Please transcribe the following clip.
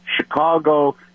Chicago